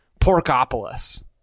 Porkopolis